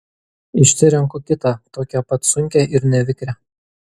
išsirenku kitą tokią pat sunkią ir nevikrią